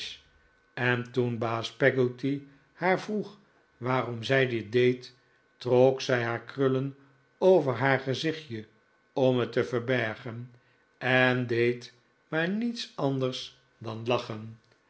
en toen baas peggotty haar vroeg waarom zij dit deed trok zij haar krullen over haar gezichtje om het te verbergen en deed maar niets anders dan lachen